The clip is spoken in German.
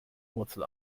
wurzel